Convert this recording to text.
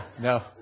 No